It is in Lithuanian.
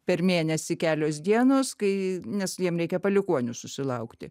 per mėnesį kelios dienos kai nes jiem reikia palikuonių susilaukti